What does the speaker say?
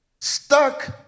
stuck